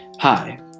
Hi